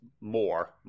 more